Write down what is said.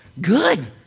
Good